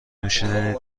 نوشیدنی